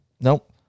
Nope